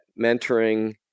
mentoring